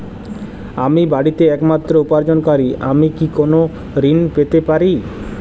আমি বাড়িতে একমাত্র উপার্জনকারী আমি কি কোনো ঋণ পেতে পারি?